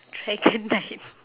dragonite